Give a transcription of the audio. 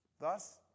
Thus